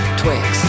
twix